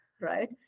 right